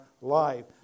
life